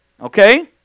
Okay